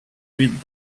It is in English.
read